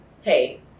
hey